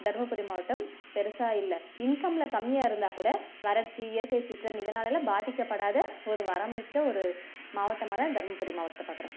தர்மபுரி மாவட்டம் பெரிசா இல்லை இன்கமில் கம்மியாக இருந்தால் கூட வறட்சி இயற்கை சீற்றம் இதனாலெலாம் பாதிக்கப்படாத ஒரு வரம் மிக்க ஒரு மாவட்டமாக தான் தர்மபுரி மாவட்டத்தை பார்க்குறேன்